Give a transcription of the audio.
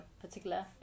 particular